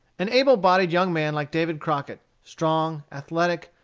an able-bodied young man like david crockett, strong, athletic,